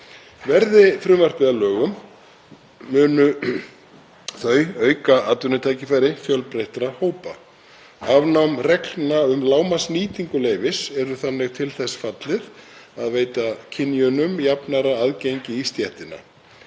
Verði frumvarpið að lögum munu þau auka atvinnutækifæri fjölbreyttra hópa. Afnám reglna um lágmarksnýtingu leyfis er þannig til þess fallið að veita kynjunum jafnara aðgengi í stéttina.